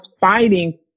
fighting